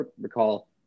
recall